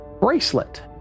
bracelet